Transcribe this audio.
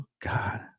God